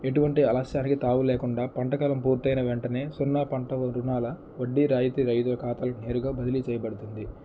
ఎటువంటి అలస్యానికి తావు లేకుండా పంటకాలం పూర్తయిన వెంటనే సున్నా పంట రుణాల వడ్డీ రాయితీ రైతుల ఖాతాలో నేరుగా బదిలీ చేయబడుతుంది